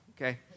okay